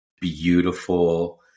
beautiful